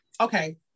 okay